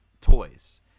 toys